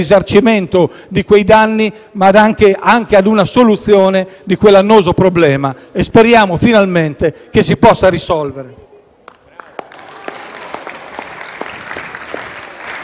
risarcimento di quei danni, ma anche ad una soluzione di quell'annoso problema. Speriamo, finalmente, che si possa risolvere.